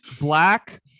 Black